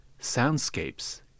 soundscapes